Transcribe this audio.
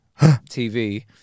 TV